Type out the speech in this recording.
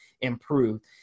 improved